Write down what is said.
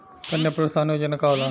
कन्या प्रोत्साहन योजना का होला?